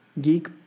Geek